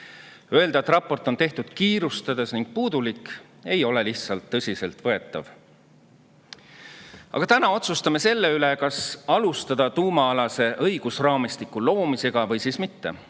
[Väide], et raport on tehtud kiirustades ning on puudulik, ei ole lihtsalt tõsiselt võetav. Aga täna otsustame selle üle, kas alustada tuumaalase õigusraamistiku loomist või siis mitte,